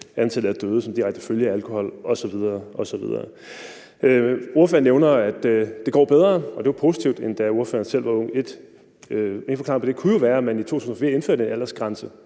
antallet af døde som direkte følge af alkohol osv. osv. Ordføreren nævner, at det går bedre, og det er jo positivt, end da ordføreren selv var ung. En af forklaringerne på det kunne jo være, at man i 2004 indførte en aldersgrænse